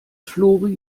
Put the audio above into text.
flori